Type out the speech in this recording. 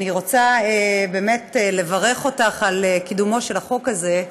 אני רוצה באמת לברך אותך על קידומו של החוק הזה.